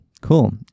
Cool